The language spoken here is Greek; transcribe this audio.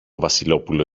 βασιλόπουλο